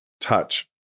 touch